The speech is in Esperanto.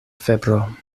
febro